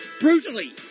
brutally